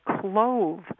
clove